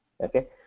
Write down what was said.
okay